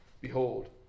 Behold